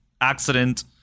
accident